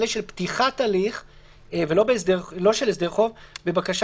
אלה של פתיחת הליכים ולא של הסדר חוב "...בבקשה